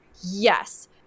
yes